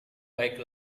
baik